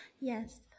yes